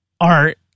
art